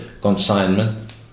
consignment